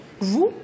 Vous